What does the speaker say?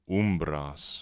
umbras